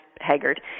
haggard